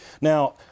Now